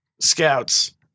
Scouts